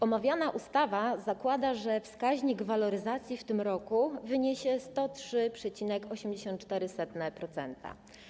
Omawiana ustawa zakłada, że wskaźnik waloryzacji w tym roku wyniesie 103,84%.